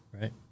Right